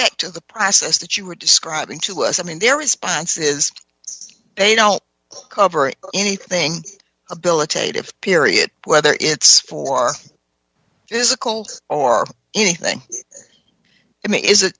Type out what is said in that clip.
back to the process that you were describing to us i mean their response is they don't cover anything ability to period whether it's for is a cold or anything i mean is it